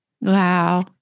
Wow